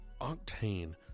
octane